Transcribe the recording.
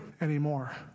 anymore